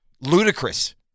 ludicrous